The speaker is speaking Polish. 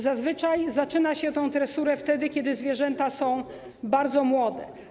Zazwyczaj zaczyna się tę tresurę, kiedy zwierzęta są bardzo młode.